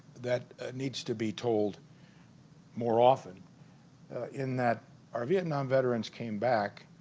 that needs to be told more often in that our vietnam veterans came back